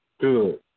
good